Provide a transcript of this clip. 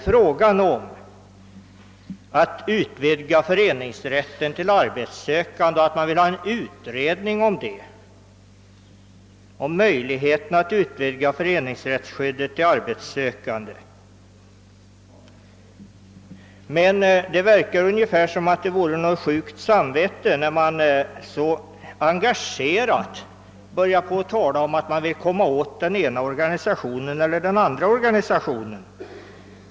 Frågan gäller dock en utvidgning av föreningsrättsskyddet för arbetssökande och en utredning av detta spörsmål. Det vittnar om sjukt samvete att då så engagerat tala om att man vill komma åt den ena eller den andra organisationen.